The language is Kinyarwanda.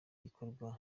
gikorwa